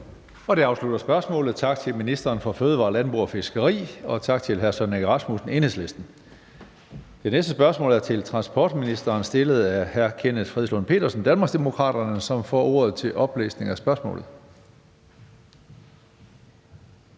Det afslutter spørgsmålet. Tak til ministeren for fødevarer, landbrug og fiskeri, og tak til hr. Søren Egge Rasmussen, Enhedslisten. Det næste spørgsmål (spm. nr. S 211) er til transportministeren og er stillet af hr. Kenneth Fredslund Petersen, Danmarksdemokraterne. Kl. 14:53 Spm. nr. S 210 (omtrykt)